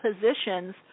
positions